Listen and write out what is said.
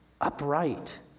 upright